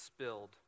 spilled